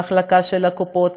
מחלקה של הקופות,